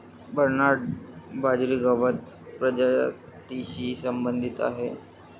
Bernard बाजरी गवत प्रजातीशी संबंधित आहे